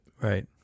Right